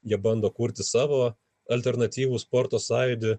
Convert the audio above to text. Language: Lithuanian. jie bando kurti savo alternatyvų sporto sąjūdį